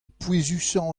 pouezusañ